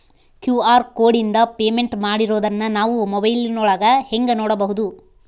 QR ಕೋಡಿಂದ payment ಮಾಡಿರೋದನ್ನ ನಾವು ಮೊಬೈಲಿನೊಳಗ ಹೆಂಗ ನೋಡಬಹುದು?